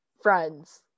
friends